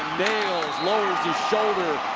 nails lowers his shoulder,